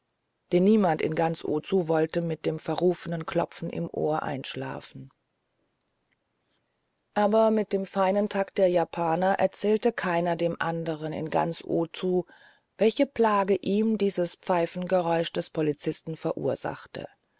denn niemand in ganz ozu wollte mit dem verrufenen klopfen im ohr einschlafen aber mit dem feinen takt der japaner erzählte keiner dem andern in ganz ozu welche plage ihm das pfeifengeräusch des polizisten verursachte